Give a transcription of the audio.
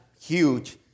huge